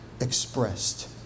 expressed